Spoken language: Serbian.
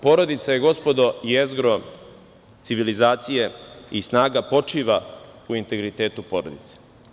Porodica je, gospodo, jezgro civilizacije i snaga počiva u integritetu porodice.